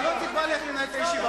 אתה לא תקבע לי איך לנהל את הישיבה.